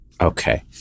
Okay